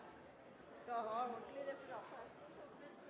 skal ha